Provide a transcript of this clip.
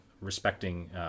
respecting